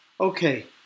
Okay